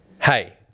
hey